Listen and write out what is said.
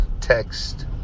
text